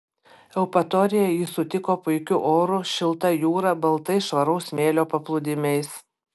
eupatorija jį sutiko puikiu oru šilta jūra baltais švaraus smėlio paplūdimiais